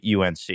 UNC